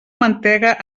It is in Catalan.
mantega